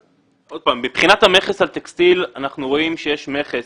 שוב, מבחינת המכס על טקסטיל, אנחנו רואים שיש מכס